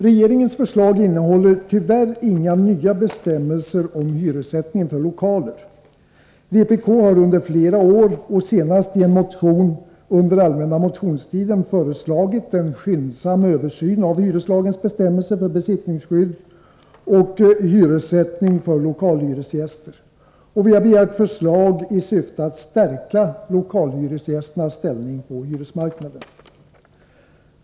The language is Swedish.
Regeringens förslag innehåller tyvärr inga nya bestämmelser om hyressätt ningen för lokaler. Vpk har under flera år och senast i en motion under allmänna motionstiden föreslagit en skyndsam översyn av hyreslagens bestämmelser för besittningsskydd och hyressättning för lokalhyresgäster. Vi har vidare begärt förslag i syfte att stärka lokalhyresgästernas ställning på hyresmarknaden.